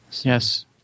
Yes